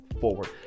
forward